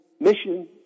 Mission